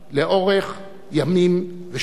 לאורך ימים ושנים.